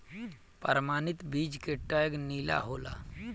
प्रमाणित बीज के टैग नीला होला